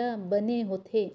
ल बने होथे